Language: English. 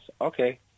Okay